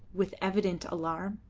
with evident alarm.